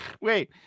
Wait